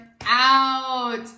out